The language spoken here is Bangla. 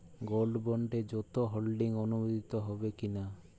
গোল্ড বন্ডে যৌথ হোল্ডিং অনুমোদিত হবে কিনা?